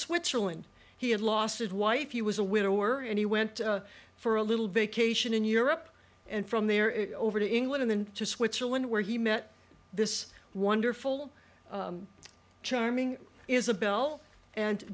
switzerland he had lost his wife he was a widower and he went for a little vacation in europe and from there it over to england to switzerland where he met this wonderful charming isabelle and